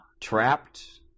Trapped